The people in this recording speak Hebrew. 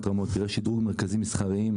רמות תראה שיפור במרכזים מסחריים,